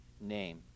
name